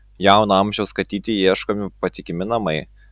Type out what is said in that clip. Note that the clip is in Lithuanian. jauno amžiaus katytei ieškomi patikimi namai